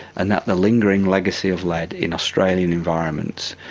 and that the lingering legacy of lead in australian environments,